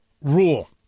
rule